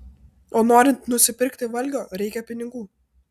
o norint nusipirkti valgio reikia pinigų